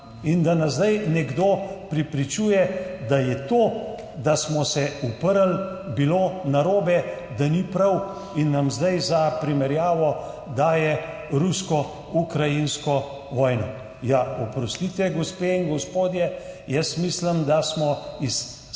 armade, zdaj nekdo prepričuje, da je bilo to, da smo se uprli, narobe, da ni prav, in nam zdaj za primerjavo daje rusko-ukrajinsko vojno. Oprostite, gospe in gospodje, jaz mislim, da smo s skrajno